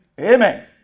Amen